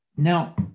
Now